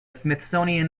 smithsonian